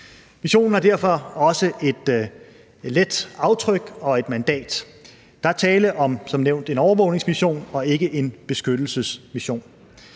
Missionen har derfor også et let aftryk og et mandat. Der er som nævnt tale om en overvågningsmission og ikke en beskyttelsesmission.